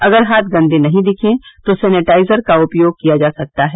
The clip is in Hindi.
अगर हाथ गंदे नहीं दिखें तो सेनेटाइजर का उपयोग किया जा सकता है